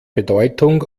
bedeutung